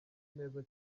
meza